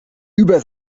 über